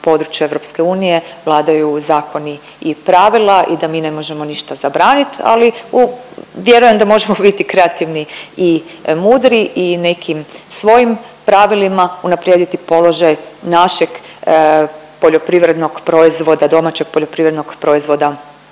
području EU vladaju zakoni i pravila i da mi ne možemo ništa zabranit, ali u, vjerujem da možemo biti kreativni i mudri i nekim svojim pravilima unaprijediti položaj našeg poljoprivrednog proizvoda, domaćeg poljoprivrednog proizvoda